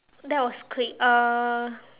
that was quick uh